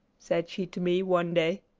said she to me one day,